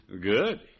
Good